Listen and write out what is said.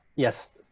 yes.